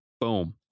Boom